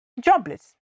jobless